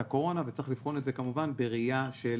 הקורונה וצריך לבחון את זה כמובן בראייה של